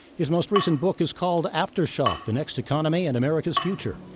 his most recent book is called aftershock the next economy and america's future.